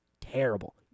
terrible